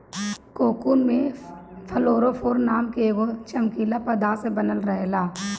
cocoon में fluorophore नाम के एगो चमकीला पदार्थ से बनल रहेला